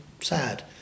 sad